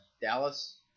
Dallas